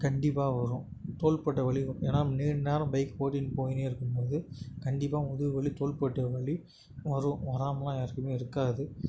கண்டிப்பாக வரும் தோள்பட்ட வலி ஏன்னா நம்ம நீண்ட நேரம் பைக் ஓட்டினு போயினே இருக்கும் போது கண்டிப்பாக முதுகு வலி தோள்பட்டை வலி வரும் வராமெல்லாம் யாருக்குமே இருக்காது